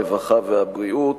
הרווחה והבריאות.